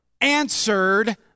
answered